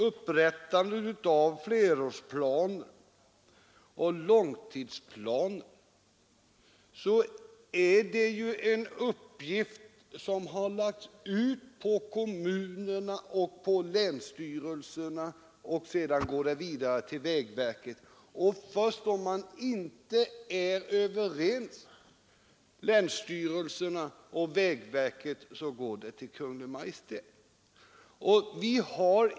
Upprättande av flerårsplaner och långtidsplaner är en uppgift som har lagts på kommunerna och på länsstyrelserna för att sedan gå vidare till vägverket. Först om länsstyrelserna och vägverket inte är överens så går frågan till Kungl. Maj:t.